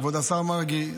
כבוד השר מרגי,